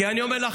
כי אני אומר לך,